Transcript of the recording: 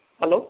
hello